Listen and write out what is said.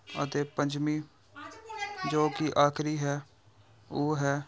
ਅਤੇ ਪੰਚਵੀ ਜੋ ਕਿ ਆਖਰੀ ਹੈ ਉਹ ਹੈ